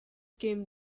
came